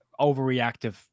overreactive